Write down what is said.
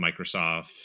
Microsoft